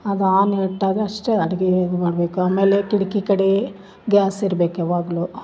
ಅದು ಆನ್ ಇಟ್ಟಾಗ ಅಷ್ಟೇ ಅಡ್ಗಿ ಇದ್ಮಾಡಬೇಕು ಆಮೇಲೆ ಕಿಡ್ಕಿ ಕಡೇ ಗ್ಯಾಸ್ ಇರ್ಬೇಕು ಯವಾಗಲು